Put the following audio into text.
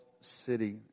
city